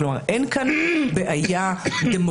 כלומר, אין כאן בעיה דמוקרטית.